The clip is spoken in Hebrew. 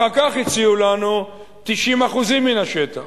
אחר כך הציעו לנו 90% מן השטח.